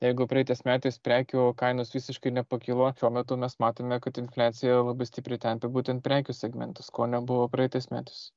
jeigu praeitais metais prekių kainos visiškai nepakilo šiuo metu mes matome kad infliacija labai stipriai tempia būtent prekių segmentus ko nebuvo praeitais metais